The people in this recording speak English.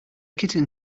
kitten